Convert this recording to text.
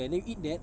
when you eat that